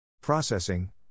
Processing